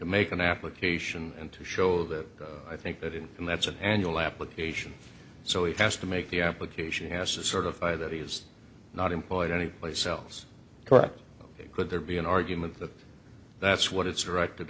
make an application and to show that i think that in and that's an annual application so it has to make the application has to sort of that he is not employed any place else correct could there be an argument that that's what it's directed